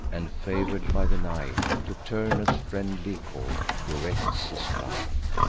and, favor'd by the night, to turnus' friendly court directs his flight.